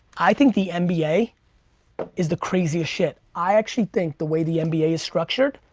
i think the nba is the craziest shit. i actually think the way the and nba is structured,